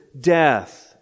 death